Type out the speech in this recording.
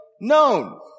known